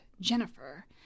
Jennifer